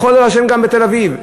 יכול להירשם גם בתל-אביב.